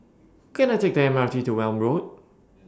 Can I Take The M R T to Welm Road